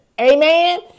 Amen